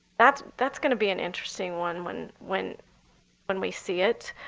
that's that's going to be an interesting one when when when we see it.